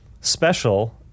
special